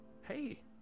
Hey